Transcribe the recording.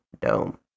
dome